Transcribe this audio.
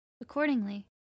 Accordingly